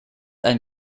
ein